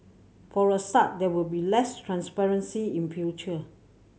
for a start there will be less transparency in future